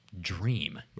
dream